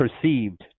perceived